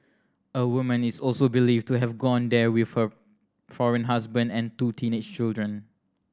a woman is also believed to have gone there with her foreign husband and two teenage children